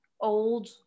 old